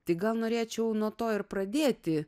tai gal norėčiau nuo to ir pradėti